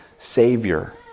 savior